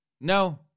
no